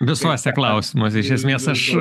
visuose klausimuose iš esmės aš